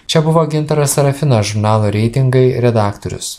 čia buvo gintaras serafinas žurnalo reitingai redaktorius